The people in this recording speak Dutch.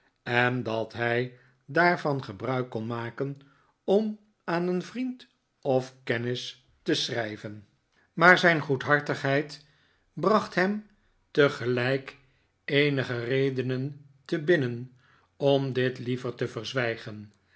en dat hij daarvan gebruik kon maken om aan een vriend of kennis te schrijven maar zijn maarten chuzzlewit goedhartigheid bracht hem tegelijk eenige xedenen te binnen om dit liever te verzwijgen